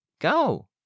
Go